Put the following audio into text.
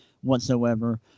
Whatsoever